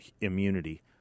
immunity